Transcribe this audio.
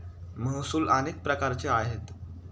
महसूल अनेक प्रकारचे आहेत